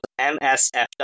MSFW